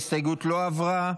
ההסתייגות לא עברה.